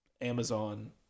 Amazon